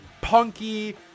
punky